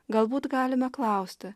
galbūt galime klausti